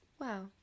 Wow